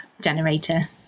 generator